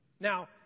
Now